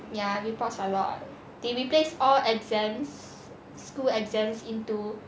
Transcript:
ya reports a lot they replace all exams school exams into